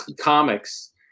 comics